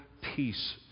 peace